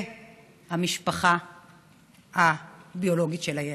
והמשפחה הביולוגית של הילד.